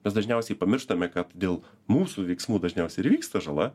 mes dažniausiai pamirštame kad dėl mūsų veiksmų dažniausiai ir įvyksta žala